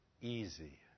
easy